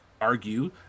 argue